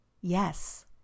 yes